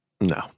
No